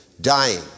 dying